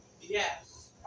Yes